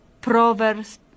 proverbs